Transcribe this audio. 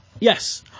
Yes